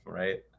right